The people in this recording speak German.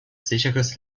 sicheres